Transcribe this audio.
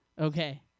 Okay